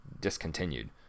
discontinued